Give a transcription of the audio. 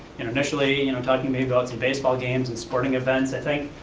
and initially you know talking maybe about some baseball games and sporting events i think.